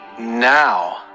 now